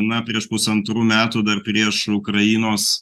na prieš pusantrų metų dar prieš ukrainos